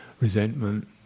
resentment